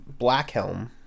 Blackhelm